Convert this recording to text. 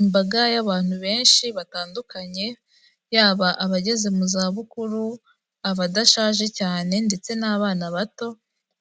Imbaga y'abantu benshi batandukanye, yaba abageze mu za bukuru, abadashaje cyane ndetse n'abana bato,